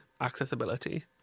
accessibility